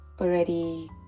already